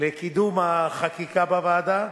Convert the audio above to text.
לקידום החקיקה בוועדה,